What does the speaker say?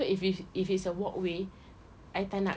so if if it's a walkway I tak nak